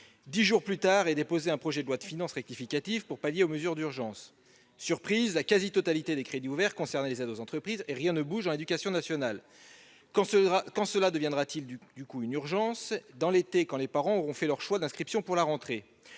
Dix jours plus tard est déposé un projet de loi de finances rectificative comportant des mesures d'urgence. Surprise : la quasi-totalité des crédits ouverts concernent les aides aux entreprises et rien n'est prévu pour l'éducation nationale. Quand celle-ci deviendra-t-elle une urgence ? Cet été, quand les parents auront fait leurs choix d'inscription de leurs